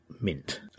Mint